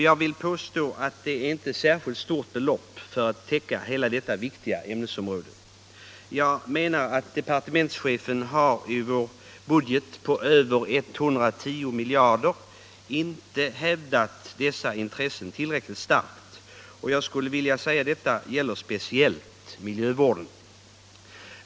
Jag vill påstå att det inte är ett särskilt stort belopp för att täcka hela detta viktiga ämnesområde. Departementschefen har i vår budget på över 110 miljarder kronor inte hävdat dessa intressen tillräckligt starkt. Detta gäller speciellt miljövården.